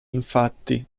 infatti